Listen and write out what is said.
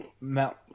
Mount